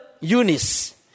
Eunice